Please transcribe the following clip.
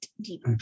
deep